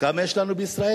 כמה יש לנו בישראל?